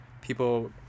people